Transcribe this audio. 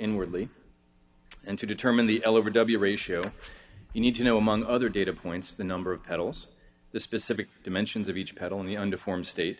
inwardly and to determine the elevator w ratio you need to know among other data points the number of pedals the specific dimensions of each pedal in the under form state